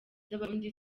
z’abarundi